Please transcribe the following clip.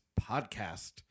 podcast